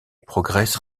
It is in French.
progresse